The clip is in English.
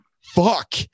fuck